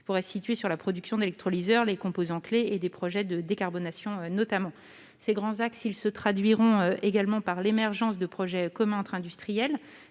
coopération : la production d'électrolyseurs, les composants clés et des projets de décarbonation, notamment. Ces grands axes se traduiront également par l'émergence de projets communs entre industriels.